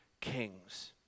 kings